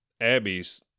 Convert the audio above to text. Abby's